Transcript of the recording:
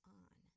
on